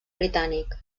britànic